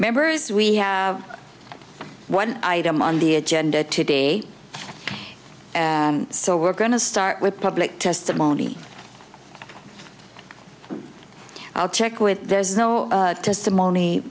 members we have one item on the agenda today so we're going to start with public testimony i'll check with there's no testimony